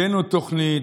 הבאנו תוכנית,